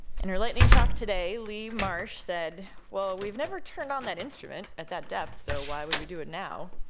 in her lightning talk today, leigh marsh said, well, we've never turned on that instrument at that depth, so why would we do it now,